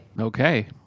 Okay